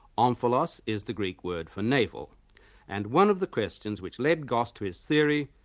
omphalos is the greek word for navel and one of the questions, which led goss to his theory,